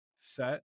set